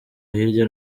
hirya